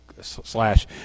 slash